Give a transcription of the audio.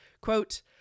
quote